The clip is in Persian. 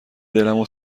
دلمو